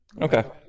Okay